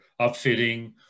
upfitting